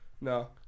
No